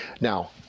Now